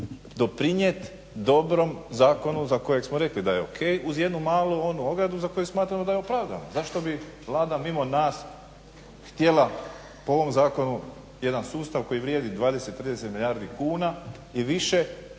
doprinijeti dobrom zakonu za kojeg smo rekli da je ok, uz jednu malu onu ogradu za koju smatramo da je opravdana. Zašto bi Vlada mimo nas htjela po ovom zakonu jedan sustav koji vrijedi 20, 30 milijardi kuna i više